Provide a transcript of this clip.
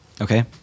Okay